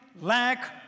lack